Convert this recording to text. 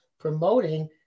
promoting